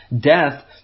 death